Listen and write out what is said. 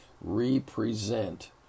represent